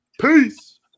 peace